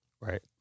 Right